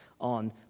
on